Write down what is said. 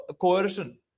coercion